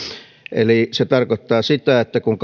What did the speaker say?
eli se tarkoittaa sitä että kun